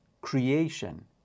creation